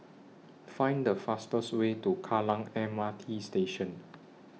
Find The fastest Way to Kallang M R T Station